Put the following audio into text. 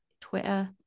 twitter